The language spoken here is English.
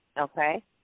okay